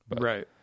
right